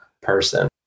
person